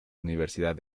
universidad